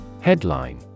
Headline